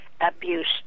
abuse